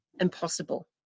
impossible